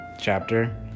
chapter